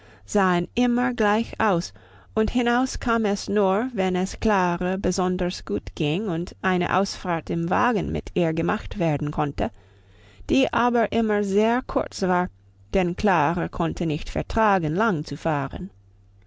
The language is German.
sahen immer gleich aus und hinaus kam es nur wenn es klara besonders gut ging und eine ausfahrt im wagen mit ihr gemacht werden konnte die aber immer sehr kurz war denn klara konnte nicht vertragen lang zu fahren